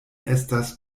estas